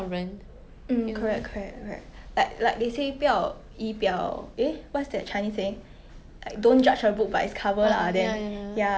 oh yeah